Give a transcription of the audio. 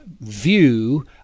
view